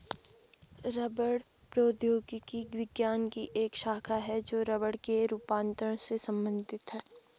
रबड़ प्रौद्योगिकी विज्ञान की एक शाखा है जो रबड़ के रूपांतरण से संबंधित है